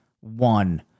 one